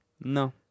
No